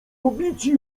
pobici